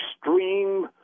extreme